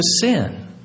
sin